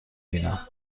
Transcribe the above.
بینم